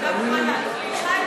יכולות ידועות,